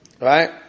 Right